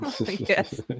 Yes